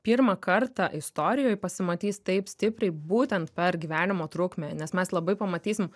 pirmą kartą istorijoj pasimatys taip stipriai būtent per gyvenimo trukmę nes mes labai pamatysim